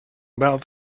about